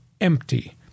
empty